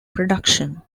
production